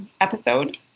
episode